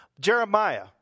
Jeremiah